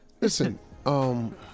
Listen